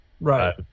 Right